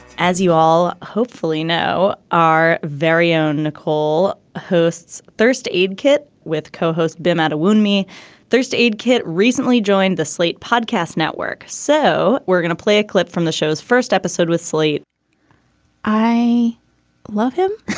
as you all hopefully know our very own nicole hosts first aid kit with co-host beam at a wound me first aid kit recently joined the slate podcast network. so we're going to play a clip from the show's first episode with slate i love him